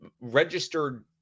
registered